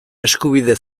eskubide